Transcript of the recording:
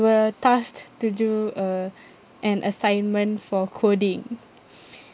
we were tasked to do a an assignment for coding